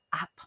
up